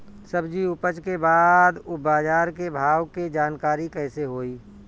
सब्जी उपज के बाद बाजार के भाव के जानकारी कैसे होई?